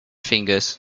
fingers